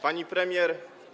Pani Premier!